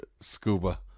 Scuba